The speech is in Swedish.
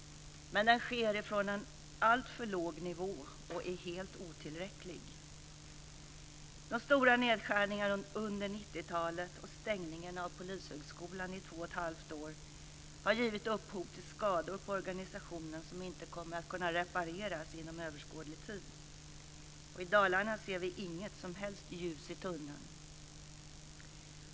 Men den sker från en alltför låg nivå och är helt otillräcklig. De stora nedskärningarna under 90-talet och stängningen av Polishögskolan i två och ett halvt år har givit upphov till skador på organisationen som inte kommer att kunna repareras inom överskådlig tid. I Dalarna ser vi inget som helst ljus i tunneln.